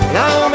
now